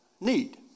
need